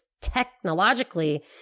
technologically